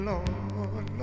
Lord